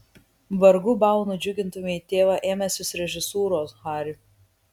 vargu bau nudžiugintumei tėvą ėmęsis režisūros hari